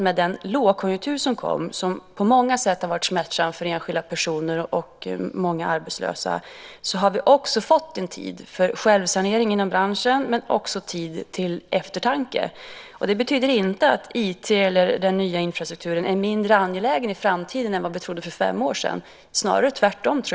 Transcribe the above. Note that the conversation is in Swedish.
Med den lågkonjunktur som kom och som på många sätt har varit smärtsam för enskilda personer och gjort många arbetslösa, har vi också fått tid för självsanering inom branschen men även tid för eftertanke. Det betyder inte att IT eller den nya infrastrukturen är mindre angelägen i framtiden än vad vi trodde för fem år sedan, snarare tvärtom.